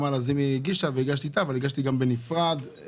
הנהגים כעובדי ציבור.